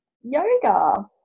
yoga